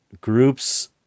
groups